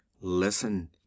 Listen